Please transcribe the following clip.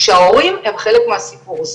כשההורים הם חלק מהסיפור הזה.